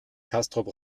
castrop